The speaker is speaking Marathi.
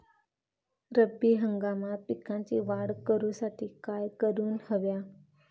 रब्बी हंगामात पिकांची वाढ करूसाठी काय करून हव्या?